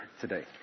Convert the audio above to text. today